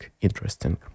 interesting